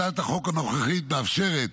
הצעת החוק הנוכחית מאפשרת